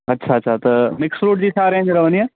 अच्छा अच्छा त मिक्स फ़्रूट जी छा रेंज रहंदी आहे